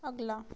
अगला